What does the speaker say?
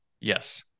Yes